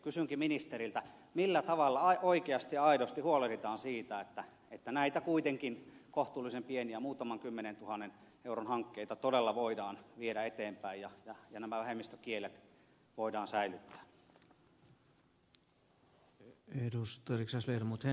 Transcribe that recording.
kysynkin ministeriltä millä tavalla oikeasti ja aidosti huolehditaan siitä että näitä kuitenkin kohtuullisen pieniä muutaman kymmenen tuhannen euron hankkeita todella voidaan viedä eteenpäin ja nämä vähemmistökielet voidaan säilyttää